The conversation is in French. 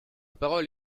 parole